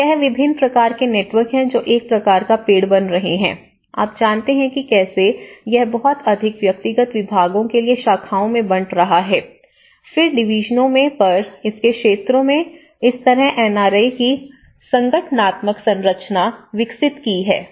तो यह विभिन्न प्रकार के नेटवर्क हैं जो एक प्रकार का पेड़ बन रहे हैं आप जानते हैं कि कैसे यह बहुत अधिक व्यक्तिगत विभागों के लिए शाखाओं में बंट रहा है फिर डिवीजनों में पर इसके क्षेत्रों में इस तरह एनआरए की संगठनात्मक संरचना विकसित की है